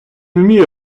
уміє